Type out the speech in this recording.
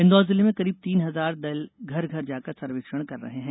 इन्दौर जिले में करीब तीन हजार दल घर घर जाकर सर्वेक्षण कर रहे हैं